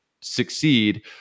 succeed